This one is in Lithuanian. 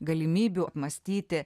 galimybių apmąstyti